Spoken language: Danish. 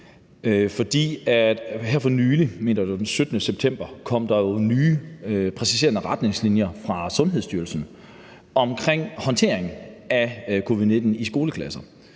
det var den 17. september – kom der jo nye præciserende retningslinjer fra Sundhedsstyrelsen for håndtering af covid-19 i skoleklasserne.